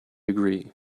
agree